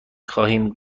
خواهیم